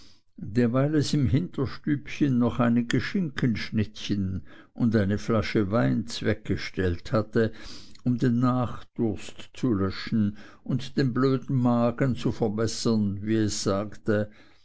dieweil es im hinterstübchen noch einige schinkenschnittchen und eine flasche wein zweggestellt hatte um den nachdurst zu löschen und den blöden magen zu verbessern wie es sagte